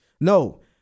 No